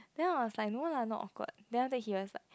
no lah no awkward then after that he was like